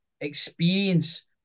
experience